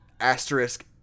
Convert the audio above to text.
asterisk